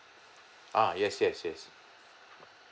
ah yes yes yes